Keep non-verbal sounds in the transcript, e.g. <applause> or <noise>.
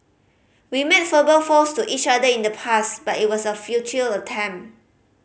we made <unintelligible> fowls to each other in the past but it was a future attempt